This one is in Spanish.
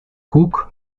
cook